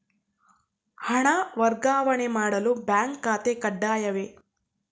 ಹಣ ವರ್ಗಾವಣೆ ಮಾಡಲು ಬ್ಯಾಂಕ್ ಖಾತೆ ಕಡ್ಡಾಯವೇ?